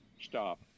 stop